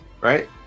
right